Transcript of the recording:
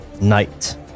Night